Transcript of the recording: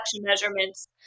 measurements